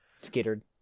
Skittered